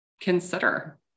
consider